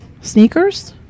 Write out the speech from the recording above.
sneakers